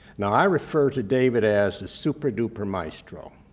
now, i refer to david as the super duper maestro.